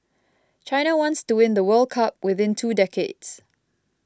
China wants to win the World Cup within two decades